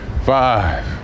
five